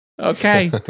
Okay